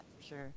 sure